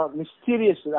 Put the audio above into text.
mysterious